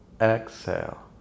exhale